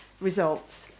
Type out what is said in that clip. results